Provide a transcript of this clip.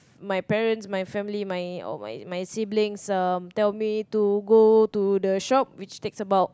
my parents my family my uh my my sibling um tell me to go to the shop which takes about